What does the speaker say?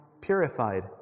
purified